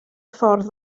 ffordd